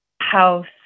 house